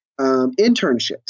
internships